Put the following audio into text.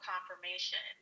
confirmation